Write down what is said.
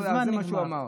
זה מה שהוא אמר.